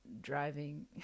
driving